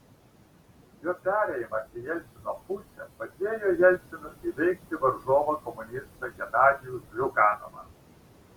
jo perėjimas į jelcino pusę padėjo jelcinui įveikti varžovą komunistą genadijų ziuganovą